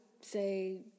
say